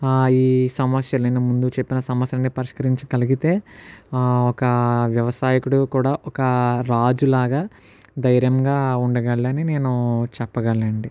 ఈ సమస్యలు నేను ముందు చెప్పిన సమస్యలు అన్ని పరిష్కరించగలిగితే ఒక వ్యవసాయకుడు కూడా ఒక రాజు లాగా ధైర్యంగా ఉండగలడని నేను చెప్పగలనండి